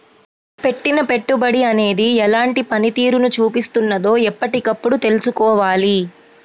పెట్టిన పెట్టుబడి అనేది ఎలాంటి పనితీరును చూపిస్తున్నదో ఎప్పటికప్పుడు తెల్సుకోవాలి